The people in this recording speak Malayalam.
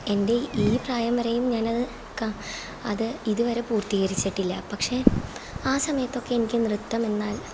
എൻ്റെ ഈ പ്രായംവരെയും ഞാനത് കാ അത് ഇതുവരെ പൂർത്തീകരിച്ചിട്ടില്ല പക്ഷേ ആ സമയത്തൊക്കെ എനിക്ക് നൃത്തം എന്നാൽ